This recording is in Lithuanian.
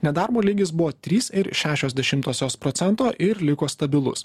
nedarbo lygis buvo trys ir šešios dešimtosios procento ir liko stabilus